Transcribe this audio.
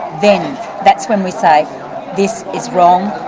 then that's when we say this is wrong,